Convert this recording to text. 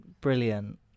brilliant